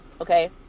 okay